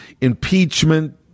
impeachment